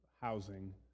housing